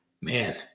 man